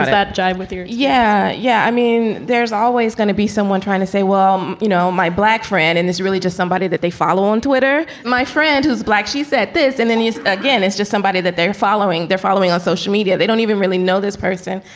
that jive with your yeah. yeah. i mean, there's always gonna be someone trying to say, well, you know, my black friend and this really just somebody that they follow on twitter, my friend who's black. she said this. and then again, it's just somebody that they're following. they're following on social media. they don't even really know this person.